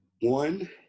one